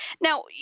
now